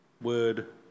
Word